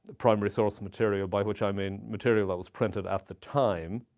primary source material, by which i mean material that was printed at the time.